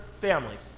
families